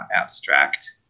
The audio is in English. abstract